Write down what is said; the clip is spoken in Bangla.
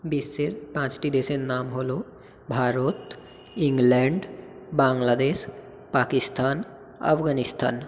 বিশ্বের পাঁচটি দেশের নাম হলো ভারত ইংল্যান্ড বাংলাদেশ পাকিস্তান আফগানিস্থান